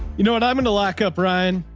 you know and i'm going to lock up ryan.